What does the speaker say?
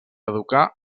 educar